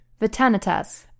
Vitanitas